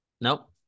Nope